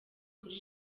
kuri